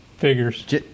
Figures